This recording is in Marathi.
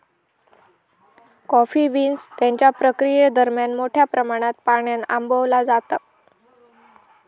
कॉफी बीन्स त्यांच्या प्रक्रियेदरम्यान मोठ्या प्रमाणात पाण्यान आंबवला जाता